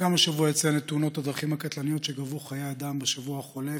גם השבוע אציין את תאונות הדרכים הקטלניות שגבו חיי אדם בשבוע החולף,